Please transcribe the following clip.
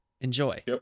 Enjoy